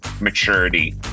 Maturity